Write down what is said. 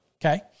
Okay